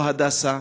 לא הדסה.